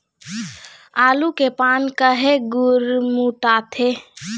आलू के पान काहे गुरमुटाथे?